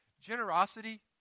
Generosity